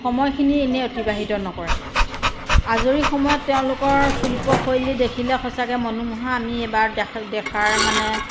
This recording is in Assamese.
সময়খিনি এনেই অতিবাহিত নকৰে আজৰি সময়ত তেওঁলোকৰ শিল্পশৈলী দেখিলে সঁচাকৈ মনোমোহা আমি এবাৰ দেখ দেখাৰ মানে